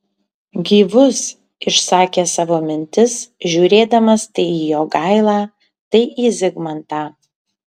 gyvus išsakė savo mintis žiūrėdamas tai į jogailą tai į zigmantą